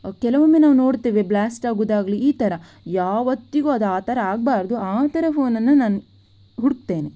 ಕೆಲವೊಮ್ಮೆ ನಾವು ನೋಡ್ತೇವೆ ಬ್ಲಾಸ್ಟ್ ಆಗುವುದಾಗ್ಲಿ ಈ ಥರ ಯಾವತ್ತಿಗೂ ಅದು ಆ ಥರ ಆಗಬಾರದು ಆ ಥರ ಫೋನನ್ನು ನಾನು ಹುಡುಕ್ತೇನೆ